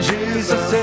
Jesus